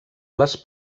les